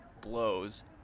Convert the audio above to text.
blows